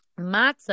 Matzah